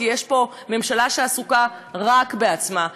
כי יש פה ממשלה שעסוקה רק בעצמה,